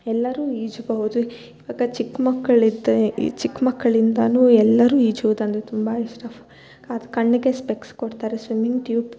ಎಲ್ಲರು ಈಜಬಹುದು ಇವಾಗ ಚಿಕ್ಕ ಮಕ್ಕಳಿರ್ತಾರೆ ಈ ಚಿಕ್ಕ ಮಕ್ಕಳಿಂದ ಎಲ್ಲರು ಈಜುವುದಂದರೆ ತುಂಬ ಇಷ್ಟ ಅದು ಕಣ್ಣಿಗೆ ಸ್ಪೆಕ್ಸ್ ಕೊಡ್ತಾರೆ ಸ್ವಿಮ್ಮಿಂಗ್ ಟ್ಯೂಬ್